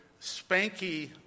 spanky